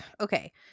okay